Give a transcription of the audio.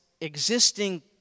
existing